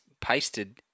pasted